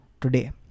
today